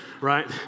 right